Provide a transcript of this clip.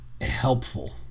helpful